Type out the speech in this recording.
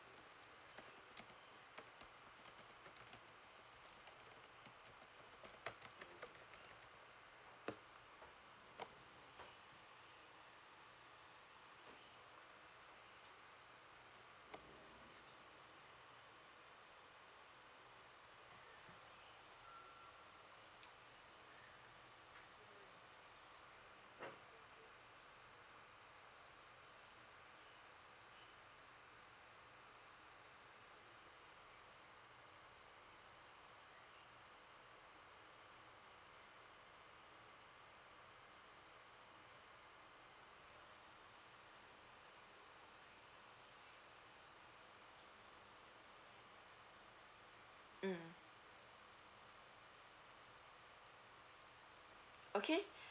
mm okay